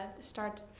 start